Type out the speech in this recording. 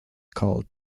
called